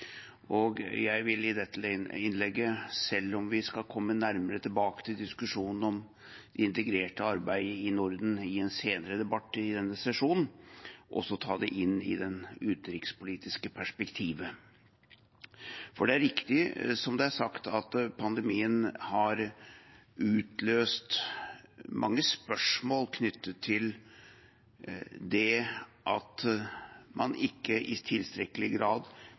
og jeg vil i dette innlegget, selv om vi skal komme nærmere tilbake til diskusjonen om det integrerte arbeidet i Norden i en senere debatt i denne sesjonen, også ta det inn i det utenrikspolitiske perspektivet. For det er riktig som det er sagt, at pandemien har utløst mange spørsmål knyttet til at man ikke i tilstrekkelig grad